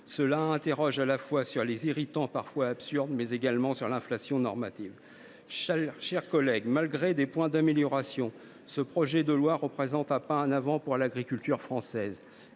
Cela interroge à la fois sur les irritants parfois absurdes, mais également sur l’inflation normative. Mes chers collègues, malgré des points d’amélioration, ce projet de loi représente un pas en avant pour l’agriculture française.